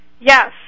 Yes